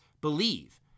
believe